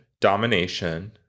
domination